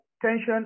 tension